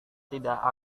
tidak